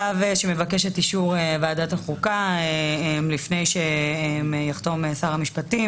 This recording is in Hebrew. צו שמבקש את אישור ועדת החוקה לפני ששר המשפטים יחתום.